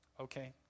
Okay